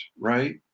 right